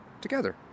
together